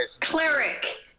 cleric